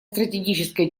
стратегическое